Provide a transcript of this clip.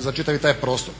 za čitavi taj prostor.